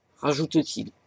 rajoute-t-il